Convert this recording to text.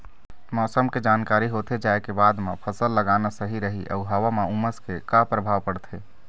मौसम के जानकारी होथे जाए के बाद मा फसल लगाना सही रही अऊ हवा मा उमस के का परभाव पड़थे?